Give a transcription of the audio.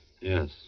yes